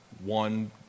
one